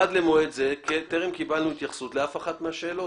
עד למועד זה טרם קיבלנו התייחסות לאף אחת מהשאלות".